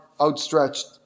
outstretched